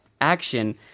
action